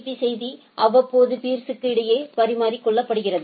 பீ செய்தி அவ்வப்போது பீர்ஸ்களிடையே பரிமாறிக்கொள்ளப்படுகிறது